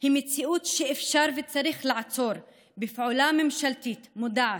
היא מציאות שאפשר וצריך לעצור בפעולה ממשלתית מודעת,